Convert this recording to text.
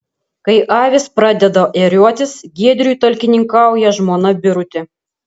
kai avys pradeda ėriuotis giedriui talkininkauja žmona birutė